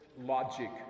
logic